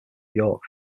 york